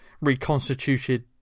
reconstituted